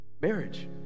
marriage